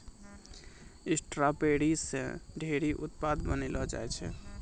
strawberry से ढेरी उत्पाद बनैलो जाय छै